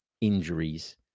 Injuries